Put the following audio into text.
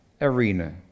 arena